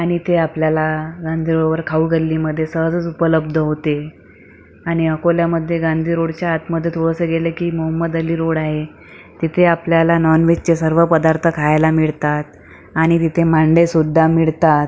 आणि ते आपल्याला गांधी रोडवर खाऊगल्लीमध्ये सहजच उपलब्ध होते आणि अकोल्यामध्ये गांधी रोडच्या आतमधे थोडंसं गेलं की मोहम्मद अली रोड आहे तिथे आपल्याला नॉनव्हेजचे सर्व पदार्थ खायला मिळतात आणि तिथे मांडेसुद्धा मिळतात